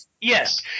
yes